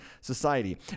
society